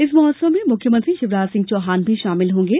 इस महोत्सव में मुख्यमंत्री शिवराज सिंह चौहान भी शामिल होंगे